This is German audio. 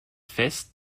fest